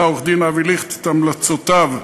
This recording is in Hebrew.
עורך-דין אבי ליכט את המלצותיו בעניין,